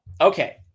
Okay